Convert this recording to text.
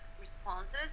responses